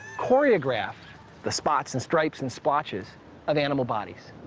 choreograph the spots and stripes and blotches of animal bodies.